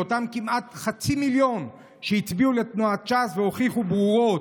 לאותם כמעט חצי מיליון שהצביעו לתנועת ש"ס והוכיחו ברורות,